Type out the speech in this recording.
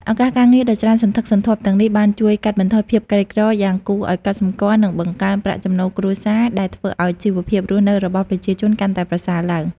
ឱកាសការងារដ៏ច្រើនសន្ធឹកសន្ធាប់ទាំងនេះបានជួយ កាត់បន្ថយភាពក្រីក្រ យ៉ាងគួរឲ្យកត់សម្គាល់ និង បង្កើនប្រាក់ចំណូលគ្រួសារ ដែលធ្វើឲ្យជីវភាពរស់នៅរបស់ប្រជាជនកាន់តែប្រសើរឡើង។